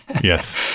yes